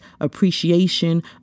appreciation